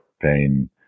pain